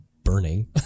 burning